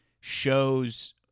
shows